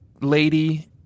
lady